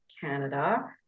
Canada